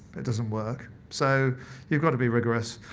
it doesn't work. so you've got to be rigorous.